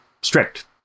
strict